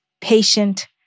patient